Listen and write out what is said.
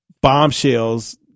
bombshells